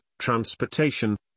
Transportation